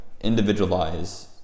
individualize